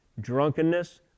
drunkenness